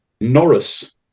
Norris